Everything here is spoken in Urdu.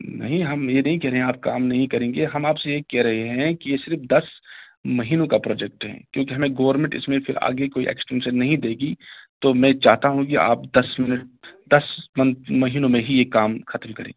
نہیں ہم یہ نہیں کہہ رہے ہیں آپ کام نہیں کریں گے ہم آپ سے یہ کہہ رہے ہیں کہ یہ صرف دس مہینوں کا پروجکٹ ہے کیوں کہ ہمیں گورمنٹ اس میں پھر آگے کوئی ایکسٹینشن نہیں دے گی تو میں چاہتا ہوں کہ آپ دس منٹ دس منتھ مہینوں میں ہی یہ کام ختم کریں